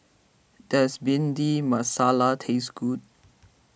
does Bhindi Masala taste good